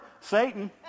Satan